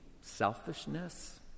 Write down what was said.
Selfishness